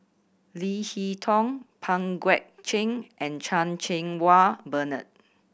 Leo Hee Tong Pang Guek Cheng and Chan Cheng Wah Bernard